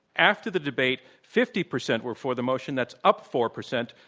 after the debate, fifty percent were for the motion. that's up four percent.